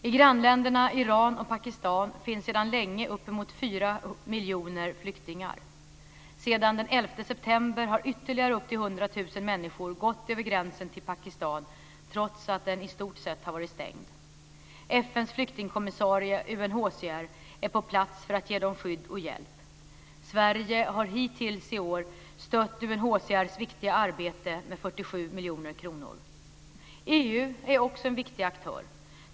I grannländerna Iran och Pakistan finns sedan länge uppemot 4 miljoner flyktingar. Sedan den 11 september har ytterligare upp till 100 000 människor gått över gränsen till Pakistan, trots att den i stort sett har varit stängd. FN:s flyktingkommissarie UNHCR är på plats för att ge dem skydd och hjälp. Sverige har hittills i år stött UNHCR:s viktiga arbete med 47 EU är också en viktig aktör.